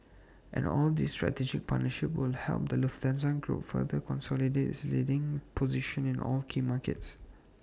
and all these strategic partnerships will help the Lufthansa group further consolidate its leading position in all key markets